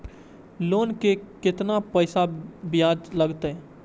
Loan के केतना पैसा ब्याज लागते?